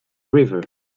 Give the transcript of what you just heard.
river